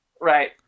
Right